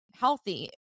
healthy